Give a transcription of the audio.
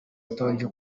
atabanje